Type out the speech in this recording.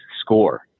Score